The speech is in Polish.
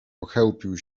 pochełpił